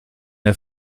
der